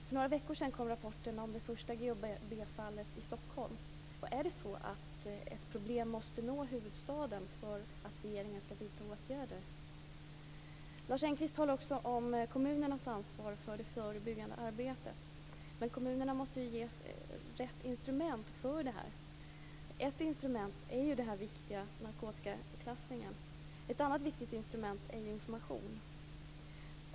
För några veckor sedan kom rapporten om det första GHB-fallet i Stockholm. Är det så att ett problem måste nå huvudstaden för att regeringen ska vidta åtgärder? Lars Engqvist talar också om kommunernas ansvar för det förebyggande arbetet. Men kommunerna måste ges rätt instrument för detta. Ett instrument är den viktiga narkotikaklassningen. Ett annat viktigt instrument är information.